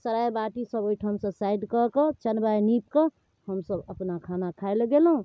सराइ बाटीसब ओहिठमसँ साइड कऽ कऽ चनबाइ निपिकऽ हमसभ अपना खाना खाइलए गेलहुँ